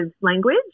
language